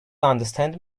understand